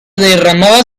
derramaba